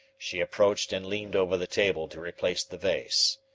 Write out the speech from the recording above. she approached and leaned over the table to replace the vase.